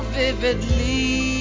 vividly